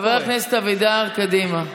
חבר הכנסת אבידר, קדימה.